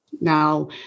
Now